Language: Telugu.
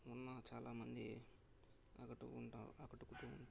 ఉన్న చాలా మంది ఆకట్టుకుంటా ఆకట్టుకుంటూ ఉంటారు